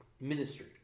ministry